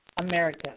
America